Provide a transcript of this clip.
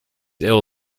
ill